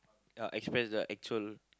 uh express their actual